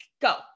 go